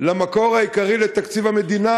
למקור העיקרי לתקציב המדינה,